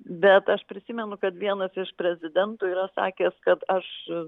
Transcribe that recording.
bet aš prisimenu kad vienas iš prezidentų yra sakęs kad aš